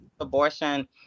abortion